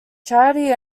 charity